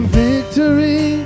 victory